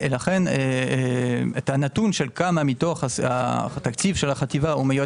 לכן את הנתון שך כמה מתוך תקציב החטיבה מיועד